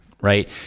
Right